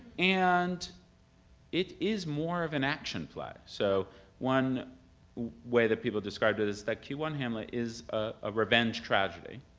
and it is more of and action play. so one way that people have described it is that q one hamlet is a revenge tragedy,